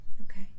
okay